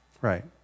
Right